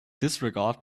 disregard